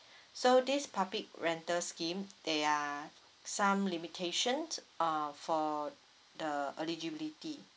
so this public rental scheme there are some limitation uh for the eligibility